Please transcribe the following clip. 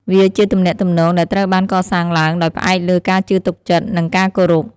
វាជាទំនាក់ទំនងដែលត្រូវបានកសាងឡើងដោយផ្អែកលើការជឿទុកចិត្ត និងការគោរព។